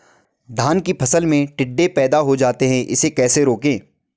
धान की फसल में टिड्डे पैदा हो जाते हैं इसे कैसे रोकें?